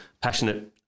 passionate